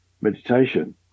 meditation